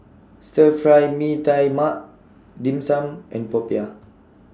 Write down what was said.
Stir Fry Mee Tai Mak Dim Sum and Popiah